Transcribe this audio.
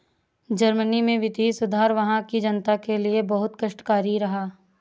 Germany में वित्तीय सुधार वहां की जनता के लिए बहुत कष्टकारी रहा